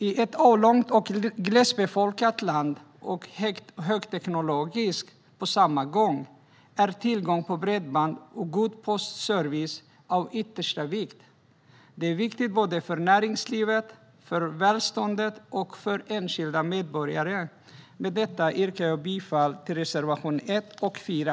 I ett avlångt, glesbefolkat och på samma gång högteknologiskt land är tillgång på bredband och god postservice av yttersta vikt. Det är viktigt för näringslivet, för välståndet och för enskilda medborgare. Med detta yrkar jag bifall till reservationerna 1 och 4.